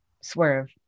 swerve